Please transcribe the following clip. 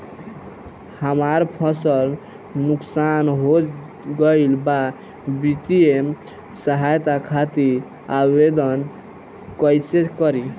हमार फसल नुकसान हो गईल बा वित्तिय सहायता खातिर आवेदन कइसे करी?